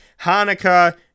Hanukkah